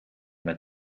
mij